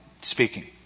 speaking